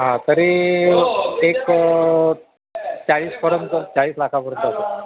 हां तरी एक चाळीसपर्यंत चाळीस लाखापर्यंत